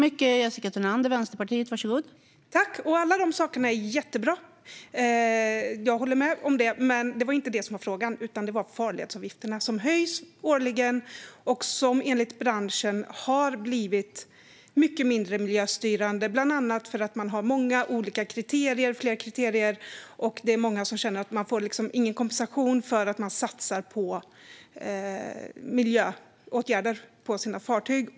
Fru talman! Jag håller med om att alla de sakerna är jättebra. Men det var inte det som var frågan. Den handlade om farledsavgifterna. Farledsavgifterna höjs årligen och har enligt branschen blivit mycket mindre miljöstyrande. Det beror bland annat på många fler och olika kriterier. Många känner att de inte får någon kompensation för att de satsar på miljöåtgärder på sina fartyg.